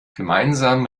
gemeinsam